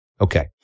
Okay